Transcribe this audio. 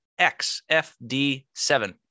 XFD7